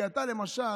כי אתה למשל